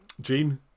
Gene